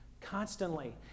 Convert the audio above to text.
constantly